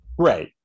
right